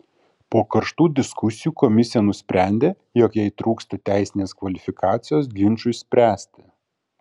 po karštų diskusijų komisija nusprendė jog jai trūksta teisinės kvalifikacijos ginčui spręsti